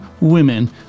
women